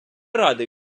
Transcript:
радий